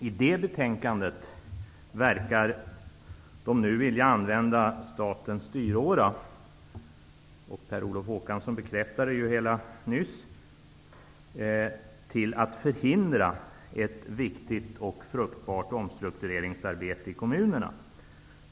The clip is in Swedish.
I detta betänkande verkar de nu vilja använda statens styråra -- Per Olof Håkansson bekräftade detta nyss -- till att förhindra ett viktigt och fruktbart omstruktureringsarbete i kommunerna.